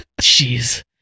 Jeez